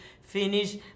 finish